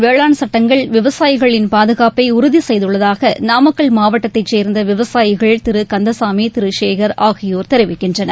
வேளாண் சட்டங்கள் விவசாயிகளின் மத்தியஅரசின் பாதுகாப்பைஉறுதிசெய்துள்ளதாகநாமக்கல் மாவட்டத்தைசேர்ந்தவிவசாயிகள் திருகந்தசாமி திருசேகர் ஆகியோர் தெரிவிக்கின்றனர்